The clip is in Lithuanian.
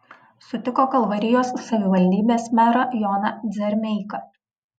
sutiko kalvarijos savivaldybės merą joną dzermeiką